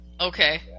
Okay